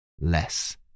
less